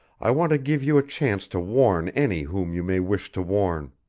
i want to give you a chance to warn any whom you may wish to warn.